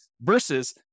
versus